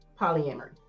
polyamory